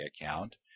account